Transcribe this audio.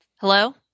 Hello